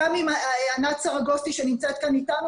גם ענת סרגוסטי שנמצאת כאן איתנו,